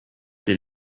did